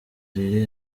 riri